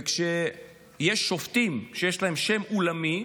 וכשיש שופטים שיש להם שם עולמי,